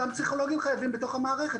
גם פסיכולוגים חייבים בתוך המערכת.